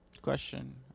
Question